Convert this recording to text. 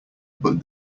but